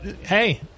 Hey